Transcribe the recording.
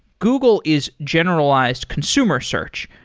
google is generalized consumer search.